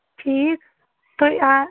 ٹھیٖک تُہۍ آ